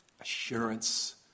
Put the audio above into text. assurance